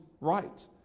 right